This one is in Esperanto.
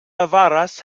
avaras